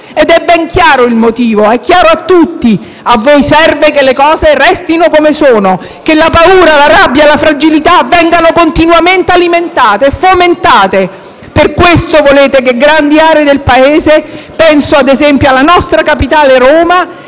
Ed è ben chiaro il motivo, è chiaro a tutti: a voi serve che le che cose restino come sono, che la paura, la rabbia, la fragilità vengano continuamente alimentate e fomentate, per questo volete che grandi aree del Paese, penso ad esempio alla nostra capitale Roma,